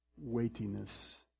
weightiness